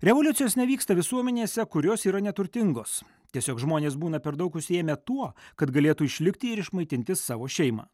revoliucijos nevyksta visuomenėse kurios yra neturtingos tiesiog žmonės būna per daug užsiėmę tuo kad galėtų išlikti ir išmaitinti savo šeimą